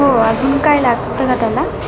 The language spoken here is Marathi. हो अजून काय लागतं का त्याला